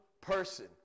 person